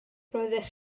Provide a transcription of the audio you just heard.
roeddech